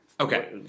Okay